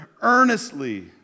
earnestly